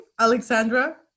Alexandra